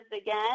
again